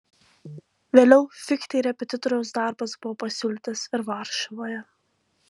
vėliau fichtei repetitoriaus darbas buvo pasiūlytas ir varšuvoje